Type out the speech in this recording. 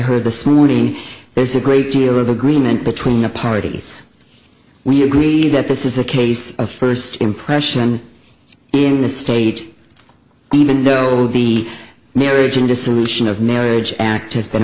heard the smoothing there's a great deal of agreement between the parties we agree that this is a case of first impression in the state even though the marriage and dissolution of marriage act has been